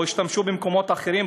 או השתמשו במקומות אחרים,